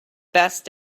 best